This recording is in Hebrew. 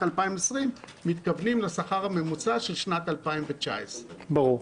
2020 מתכוונים לשכר הממוצע של שנת 2019. ברור.